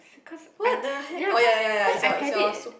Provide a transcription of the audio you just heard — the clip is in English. because I then of course cause I hate it